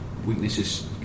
weaknesses